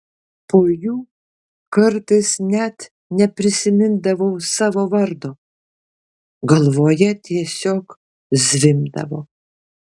po jų kartais net neprisimindavau savo vardo galvoje tiesiog zvimbdavo